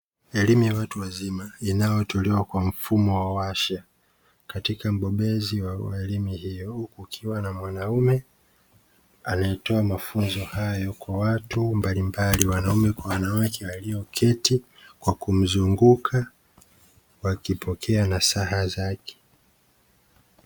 Elimu ya watu wazima inayotolewa kwa mfumo wa warsha katika mbobezi wa elimu hiyo, huku ukiwa na mwanaume anayetoa mafunzo hayo kwa watu mbalimbali wanaume kwa wanawake walioketi kwa kumzunguka wakipokea nasaha zake.